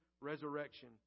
resurrection